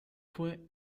fue